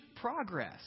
progress